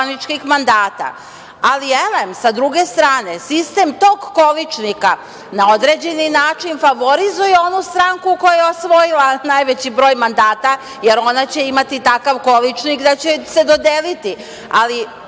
elem, sa druge strane sistem tog količnika na određeni način favorizuje onu stranku koja je osvojila najveći broj mandata, jer ona će imati takav količnik da će joj se dodeliti, ali